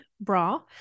bra